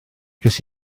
ces